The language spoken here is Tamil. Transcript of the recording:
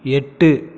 எட்டு